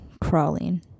crawling